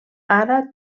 ara